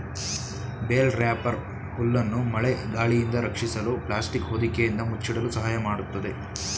bale wrapper ಹುಲ್ಲನ್ನು ಮಳೆ ಗಾಳಿಯಿಂದ ರಕ್ಷಿಸಲು ಪ್ಲಾಸ್ಟಿಕ್ ಹೊದಿಕೆಯಿಂದ ಮುಚ್ಚಿಡಲು ಸಹಾಯ ಮಾಡತ್ತದೆ